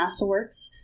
masterworks